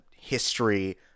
history